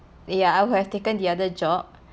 ya I would have taken the other job